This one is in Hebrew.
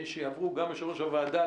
גם ממנהל הוועדה,